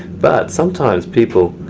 but sometimes people,